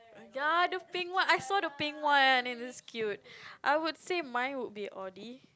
ya the pink one I saw the pink one and it's cute I would say mine would be audi